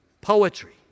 poetry